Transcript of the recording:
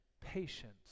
patience